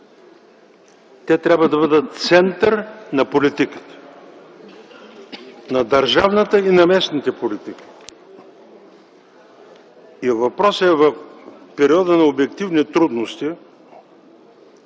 те трябва да бъдат център на политиката – на държавната и на местната политика. И въпросът е в периода на обективни трудности,